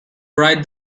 write